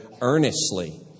earnestly